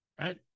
right